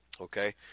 Okay